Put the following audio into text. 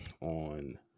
on